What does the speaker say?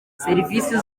serivisi